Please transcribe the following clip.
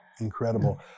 Incredible